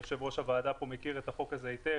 יושב-ראש הוועדה פה מכיר את החוק הזה היטב,